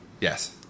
Yes